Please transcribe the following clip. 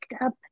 up